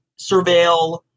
surveil